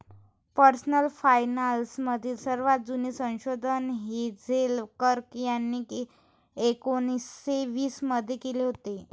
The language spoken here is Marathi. पर्सनल फायनान्स मधील सर्वात जुने संशोधन हेझेल कर्क यांनी एकोन्निस्से वीस मध्ये केले होते